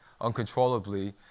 uncontrollably